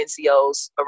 NCOs